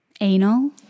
Anal